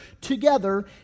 together